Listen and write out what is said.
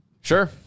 Sure